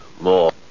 more